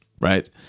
right